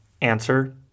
Answer